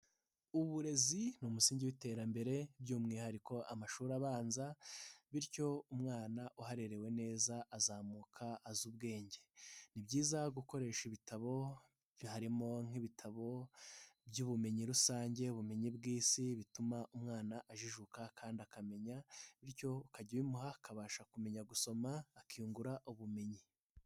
Uburezi ni umusingi w'iterambere by'umwihariko amashuri abanza, bityo umwana uharerewe neza azamuka azi ubwenge. Ni byiza gukoresha ibitabo harimo nk'ibitabo by'ubumenyi rusange, ubumenyi bw'isi, bituma umwana ajijuka kandi akamenya, bityo ukajya ubimuha akabasha kumenya gusoma akiyungura ubumenyi.